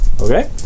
Okay